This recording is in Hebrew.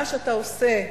מה שאתה עושה,